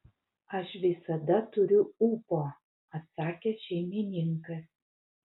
aš visada turiu ūpo atsakė šeimininkas